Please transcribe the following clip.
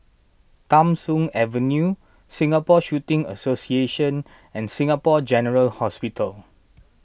Tham Soong Avenue Singapore Shooting Association and Singapore General Hospital